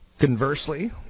Conversely